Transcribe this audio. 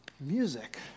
music